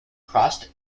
cross